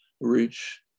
reach